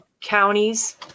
counties